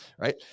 right